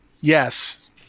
Yes